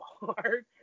hard